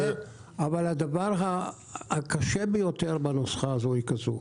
הדבר הקשה ביותר בנוסחה הזו היא זה: